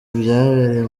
byabereye